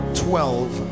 twelve